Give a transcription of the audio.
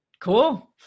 Cool